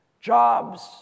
jobs